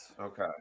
Okay